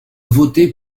voter